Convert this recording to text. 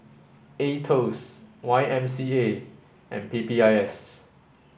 AETOS Y M C A and P P I S